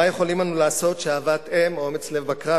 מה יכולים אנו לעשות שאהבת אֵם או אומץ לב בקרב,